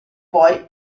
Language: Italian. poi